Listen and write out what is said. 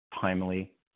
timely